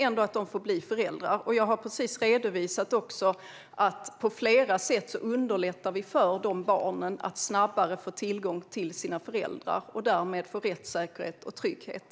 Jag har just redovisat att vi på flera sätt underlättar för de här barnen att snabbare få tillgång till sina föräldrar och därmed få rättssäkerhet och trygghet.